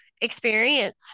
experience